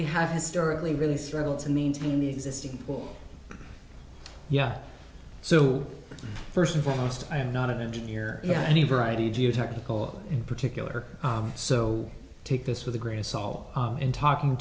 we have historically really struggled to maintain the existing pool yeah so first and foremost i am not an engineer any variety geotechnical in particular so take this with a grain of salt in talking